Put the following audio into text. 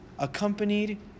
accompanied